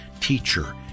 teacher